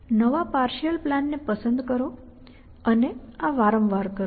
નવા partial plan ને પસંદ કરો અને આ વારંવાર કરો